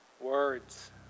words